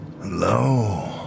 Hello